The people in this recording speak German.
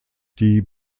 die